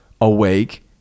awake